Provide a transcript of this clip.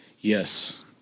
Yes